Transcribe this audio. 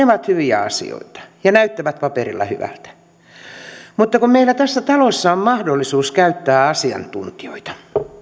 ovat hyviä asioita ja näyttävät paperilla hyviltä mutta kun meillä tässä talossa on mahdollisuus käyttää asiantuntijoita